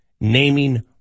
Naming